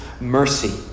mercy